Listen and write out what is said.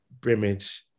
Brimage